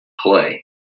play